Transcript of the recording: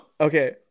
Okay